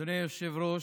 אדוני היושב-ראש,